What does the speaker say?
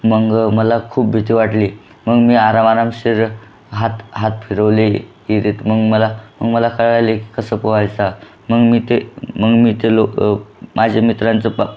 मग मला खूप भीती वाटली मग मी आराम आरामशीर हात हात फिरवले इहीरीत मग मला मग मला कळाले कसं पोहायचं मग मी ते मग मी ते लो माझ्या मित्रांचं पा